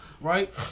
right